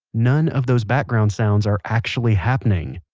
none of those background sounds are actually happening.